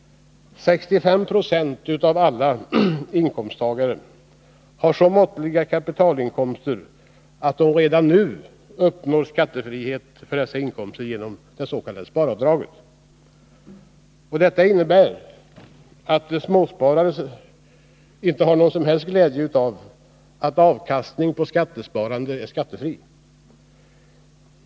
65 Yo av alla inkomsttagare har så måttliga kapitalinkomster att de redan nu uppnår skattefrihet för dessa inkomster genom det s.k. sparavdraget. Detta innebär att småspararna inte har någon som helst glädje av att avkastningen på skattesparande är skattefri.